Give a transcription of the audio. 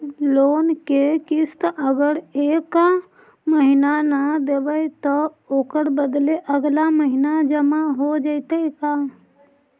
Loan के किस्त अगर एका महिना न देबै त ओकर बदले अगला महिना जमा हो जितै का?